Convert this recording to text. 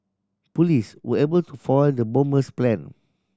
police were able to foil the bomber's plan